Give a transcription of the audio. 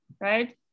right